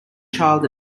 child